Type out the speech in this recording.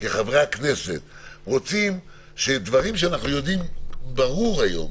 כחברי הכנסת רוצים שדברים שאנחנו יודעים ברור היום,